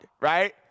right